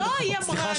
סליחה,